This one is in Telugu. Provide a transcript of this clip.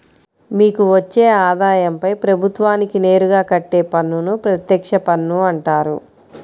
మీకు వచ్చే ఆదాయంపై ప్రభుత్వానికి నేరుగా కట్టే పన్నును ప్రత్యక్ష పన్ను అంటారు